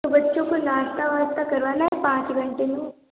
तो बच्चों को नाश्ता वाश्टा करवाना है पाँच घंटे में